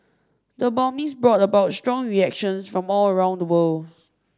the bombings brought about strong reactions from all around the world